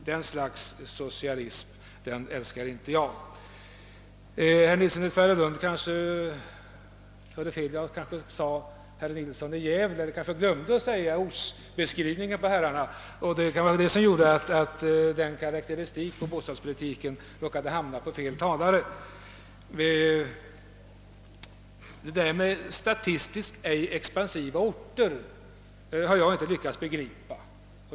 Den sortens socialism älskar inte jag. Herr Nilsson i Tvärålund hörde måhända fel eller det kanske var jag som glömde att säga ortsnamnet när jag menade herr Nilsson i Gävle. Det var kanske detta som gjorde att min karakteristik av bostadspolitiken råkade drabba fel talare. Beteckningen »statistiskt ej expansiva orter» har jag inte kunnat begripa.